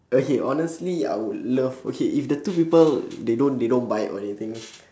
okay honestly I would love okay if the two people they don't they don't bite or anything